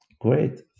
Great